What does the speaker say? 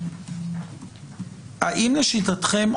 האם לשיטתכם,